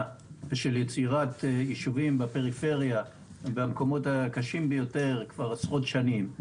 ושל יצירת יישובים בפריפריה ובמקומות הקשים ביותר כבר עשרות שנים.